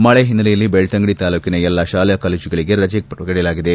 ಮಳೆ ಹಿನ್ನೆಲೆಯಲ್ಲಿ ಬೆಳ್ತಂಗಡಿ ತಾಲ್ಲೂಕಿನ ಎಲ್ಲಾ ಶಾಲಾ ಕಾಲೇಜುಗಳಿಗೆ ರಜೆ ಪ್ರಕಟಿಸಲಾಗಿದೆ